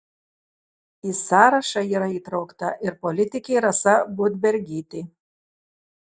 į sąrašą yra įtraukta ir politikė rasa budbergytė